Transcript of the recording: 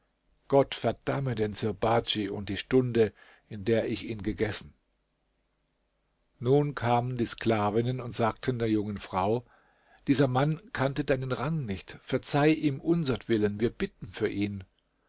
gott verdamme den sirbadj und die stunde in der ich ihn gegessen nun kamen die sklavinnen und sagten der jungen frau dieser mann kannte deinen rang nicht verzeih ihm unsertwillen wir bitten für ihn